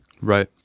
Right